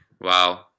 Wow